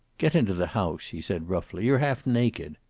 get into the house, he said roughly. you're half-naked.